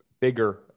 bigger